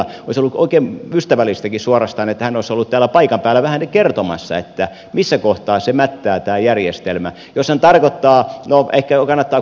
olisi ollut oikein ystävällistäkin suorastaan että hän olisi ollut täällä paikan päällä vähän kertomassa missä kohtaa tämä järjestelmä jos on tarvetta on vaikeutena mättää